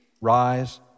rise